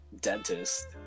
dentist